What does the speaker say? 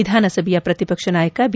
ವಿಧಾನಸಭೆಯ ಪ್ರತಿಪಕ್ಷ ನಾಯಕ ಬಿ